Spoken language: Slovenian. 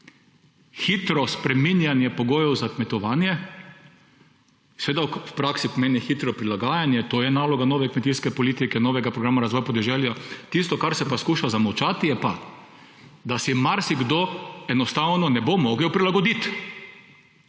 Hitro spreminjanje pogojev za kmetovanje seveda v praksi pomeni hitro prilagajanje, to je naloga nove kmetijske politike, novega programa razvoja podeželja. Tisto, kar se pa skuša zamolčati, je pa, da se marsikdo enostavno ne bo mogel prilagoditi,